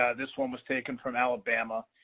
ah this one was taken from alabama,